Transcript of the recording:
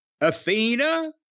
Athena